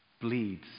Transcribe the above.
bleeds